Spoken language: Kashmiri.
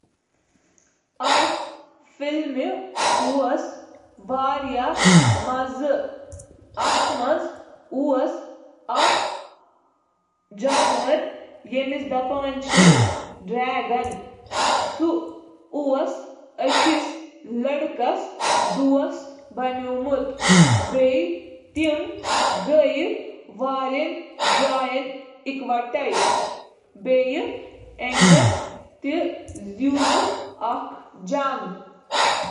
مےٚ وُچھ ژٕ ٲسۍ آز ژھۄپہٕ، تہٕ بہٕ اوسُس صرف چیک اِن کرُن یژھان۔ کیٛاہ گَرَس منٛز چھےٚ سورُے کینٛہہ ٹھیٖک؟ تۄہہِ چھا کینٛہہ ضروٗرت؟